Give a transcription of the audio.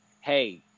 hey